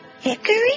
Hickory